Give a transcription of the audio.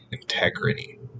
integrity